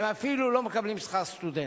הם אפילו לא מקבלים שכר סטודנט.